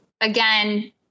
again